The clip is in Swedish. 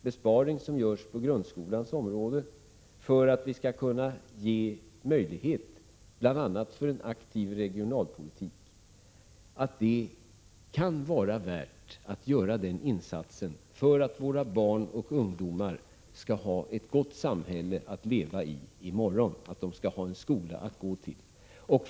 Besparingen som görs på grundskolans område, bl.a. för att ge möjlighet till en aktiv regionalpolitik, kan vara värd att göra för att våra barn och ungdomar skall ha ett gott samhälle att leva i i morgon, att de skall ha en skola att gå till.